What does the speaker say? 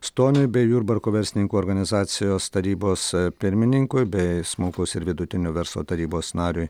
stoniui bei jurbarko verslininkų organizacijos tarybos pirmininkui bei smulkaus ir vidutinio verslo tarybos nariui